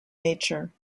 nature